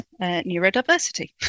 neurodiversity